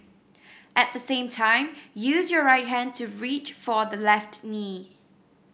at the same time use your right hand to reach for the left knee